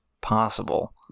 possible